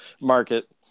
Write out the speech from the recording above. market